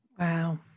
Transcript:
Wow